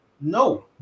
No